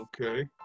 Okay